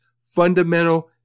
fundamental